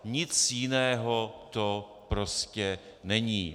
Nic jiného to prostě není.